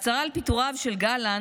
ההצהרה על פיטוריו של גלנט